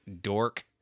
dork